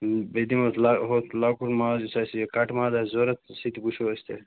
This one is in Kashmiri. بیٚیہِ دِمو ہُتھ لۄکُٹ ماز یُس آسہِ یہ کٹہِ ماز آسہِ ضروٗرت سُہ تہِ وُچھو أسۍ تیٚلہِ